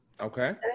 Okay